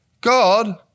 God